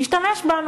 תשתמש בנו.